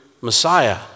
Messiah